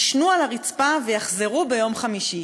יישנו על הרצפה ויחזרו ביום חמישי.